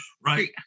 right